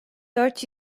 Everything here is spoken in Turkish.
dört